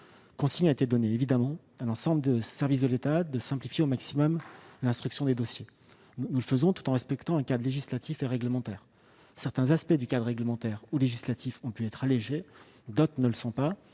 Consigne a été donnée à l'ensemble des services de l'État de simplifier au maximum l'instruction des dossiers. Nous le faisons, tout en respectant un cadre législatif et réglementaire. Certains aspects du cadre réglementaire ou législatif ont pu être allégés, d'autres non ;